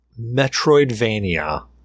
Metroidvania